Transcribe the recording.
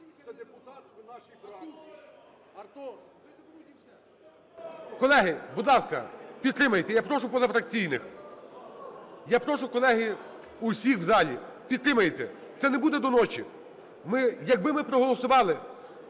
Колеги, будь ласка, підтримайте. Я прошу позафракційних. Я прошу, колеги, всіх в залі, підтримайте. Це не буде до ночі. Ми, якби ми проголосували...